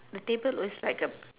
the table looks like a